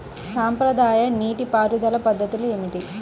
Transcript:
సాంప్రదాయ నీటి పారుదల పద్ధతులు ఏమిటి?